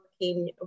working